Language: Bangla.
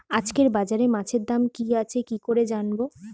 আজকে বাজারে মাছের দাম কি আছে কি করে জানবো?